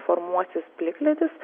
formuosis plikledis